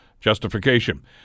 justification